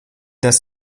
das